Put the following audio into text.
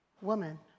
Woman